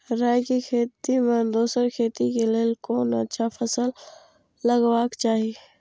राय के खेती मे दोसर खेती के लेल कोन अच्छा फसल लगवाक चाहिँ?